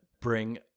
bring